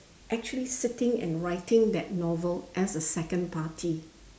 actually sitting and writing that novel as a second party